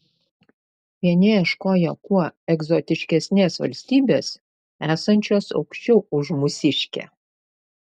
vieni ieškojo kuo egzotiškesnės valstybės esančios aukščiau už mūsiškę